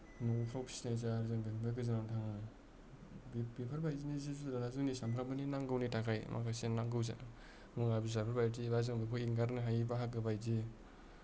न'फोराव फिसिनाय जाया जों बेनिफ्राय गोजानावनो थाङो बेफोरबायदिनो जिब जुनारा जोंनि सानफ्रामबोनि नांगौनि थाखाय माखासे नांगौ जानाय मुवा बेसादफोर बायदि एबा जों बेखौ एंगारनो हायै बाहागो बायदि